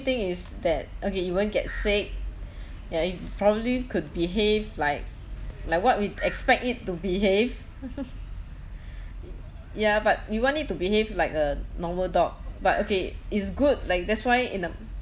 thing is that okay it won't get sick ya it probably could behave like like what we expect it to behave ya but we want it to behave like a normal dog but okay it's good like that's why in a